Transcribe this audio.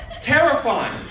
Terrifying